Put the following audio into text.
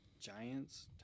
Giants